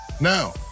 Now